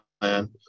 plan